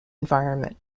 environment